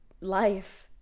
life